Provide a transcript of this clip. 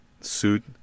suit